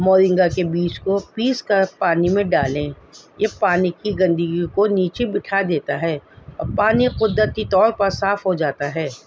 moringa کے بیچ کو پیس کر پانی میں ڈالیں یہ پانی کی گندگی کو نیچے بٹھا دیتا ہے اور پانی قدرتی طور پر صاف ہو جاتا ہے